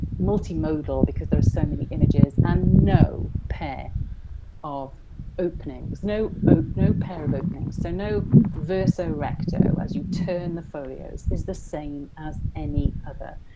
multimodal because there are so many images and no pair of openings. no ah no pair of openings. so, no verso recto as you turn the folios is the same as any other.